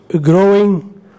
growing